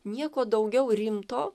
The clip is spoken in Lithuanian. nieko daugiau rimto